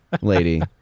lady